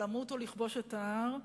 למות או לכבוש את ההר",